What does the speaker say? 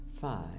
five